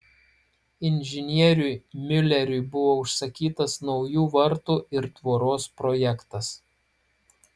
inžinieriui miuleriui buvo užsakytas naujų vartų ir tvoros projektas